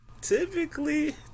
Typically